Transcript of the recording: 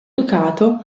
ducato